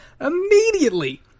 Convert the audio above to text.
immediately